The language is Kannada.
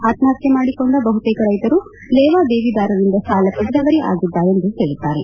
ಆತ್ಮಹತ್ಯೆ ಮಾಡಿಕೊಂಡ ಬಹುತೇಕ ರೈತರು ಲೇವಾದೇವಿದಾರರಿಂದ ಸಾಲ ಪಡೆದವರೇ ಆಗಿದ್ದಾರೆ ಎಂದು ಹೇಳಿದ್ದಾರೆ